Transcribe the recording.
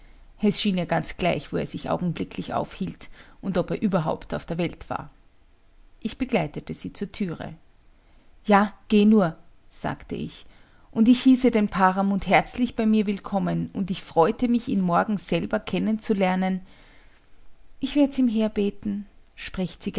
schien ihr ganz gleich wo er sich augenblicklich aufhielt und ob er überhaupt auf der welt war ich begleitete